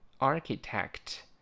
Architect